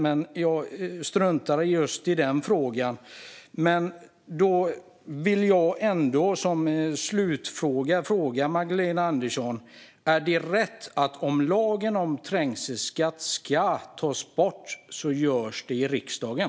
Men jag struntar i den frågan. Men jag vill ändå till slut ställa följande fråga till Magdalena Andersson. Är det rätt att om lagen om trängselskatt ska tas bort görs det i riksdagen?